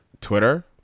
Twitter